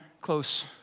close